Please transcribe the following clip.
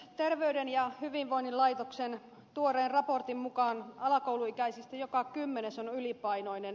terveyden ja hyvinvoinnin laitoksen tuoreen raportin mukaan alakouluikäisistä joka kymmenes on ylipainoinen